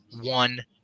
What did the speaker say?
one